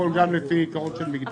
לפעול גם על פי עיקרון של מקדמות.